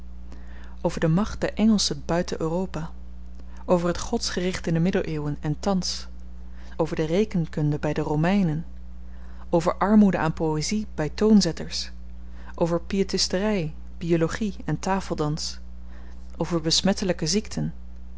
over de macht der engelschen buiten europa over het godsgericht in de middeleeuwen en thans over de rekenkunde by de romeinen over armoede aan poëzie by toonzetters over pietistery biologie en tafeldans over besmettelyke ziekten